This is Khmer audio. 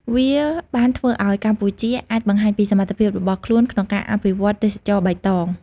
វាបានធ្វើឲ្យកម្ពុជាអាចបង្ហាញពីសមត្ថភាពរបស់ខ្លួនក្នុងការអភិវឌ្ឍទេសចរណ៍បៃតង។